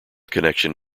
connection